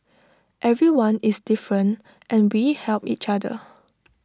everyone is different and we help each other